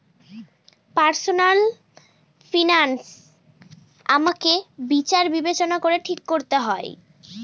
personal finance আমাকে বিচার বিবেচনা করে ঠিক করতে হয়